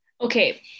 Okay